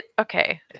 Okay